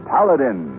Paladin